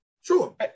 Sure